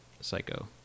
Psycho